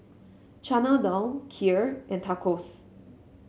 Chana Dal Kheer and Tacos